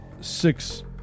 six